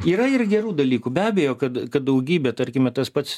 yra ir gerų dalykų be abejo kad kad daugybė tarkime tas pats